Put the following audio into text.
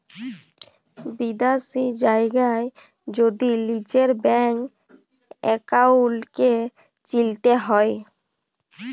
বিদ্যাশি জায়গার যদি লিজের ব্যাংক একাউল্টকে চিলতে হ্যয়